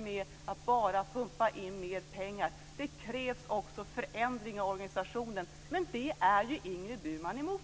räcker att bara pumpa in mer pengar. Det krävs också förändring av organisationen. Men detta är ju Ingrid Burman emot.